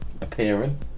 appearing